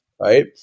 right